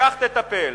בכך תטפל,